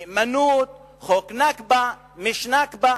נאמנות, חוק ה"נכבה", מיש "נכבה",